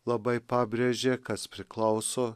labai pabrėžė kas priklauso